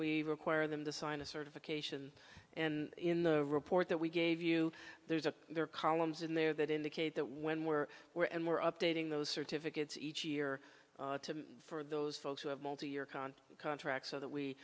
we require them to sign a certification and in the report that we gave you there's a there are columns in there that indicate that when we're where and we're updating those certificates each year for those folks who have multi year con contracts so that we